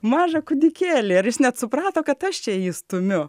mažą kūdikėlį ir jis net suprato kad aš čia jį stumiu